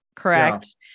correct